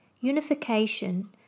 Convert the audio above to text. unification